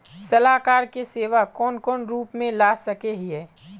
सलाहकार के सेवा कौन कौन रूप में ला सके हिये?